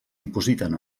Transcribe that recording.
dipositen